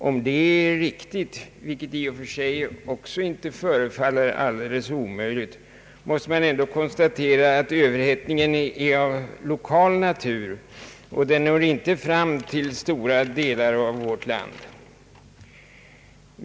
Om det är så, vilket i och för sig inte förefaller vara omöjligt, måste vi ändå konstatera att överhettningen är av lokal natur och att den inte når fram till stora delar av vårt land.